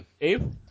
Abe